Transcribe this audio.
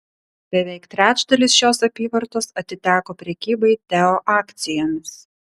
beveik trečdalis šios apyvartos atiteko prekybai teo akcijomis